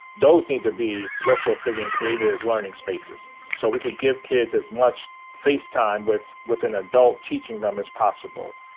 those need to be retrofitted and created as learning spaces. so we could give kids as much face time with with an adult teaching them as possible.